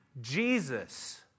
Jesus